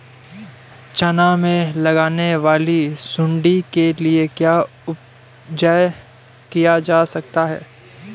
चना में लगने वाली सुंडी के लिए क्या उपाय किया जा सकता है?